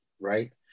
Right